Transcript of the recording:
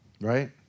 right